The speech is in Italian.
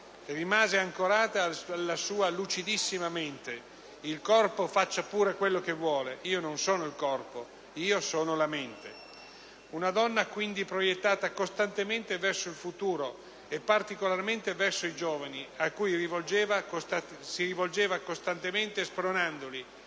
rimase ancorata alla sua lucidissima mente: «Il corpo faccia quello che vuole, io non sono il corpo, io sono la mente». Una donna, quindi, proiettata costantemente verso il futuro e particolarmente verso i giovani, a cui si rivolgeva costantemente spronandoli: